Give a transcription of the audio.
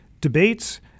debates